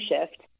shift